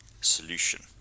solution